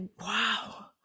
wow